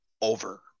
over